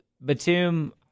Batum